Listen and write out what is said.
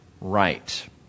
right